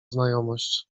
znajomość